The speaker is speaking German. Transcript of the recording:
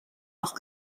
noch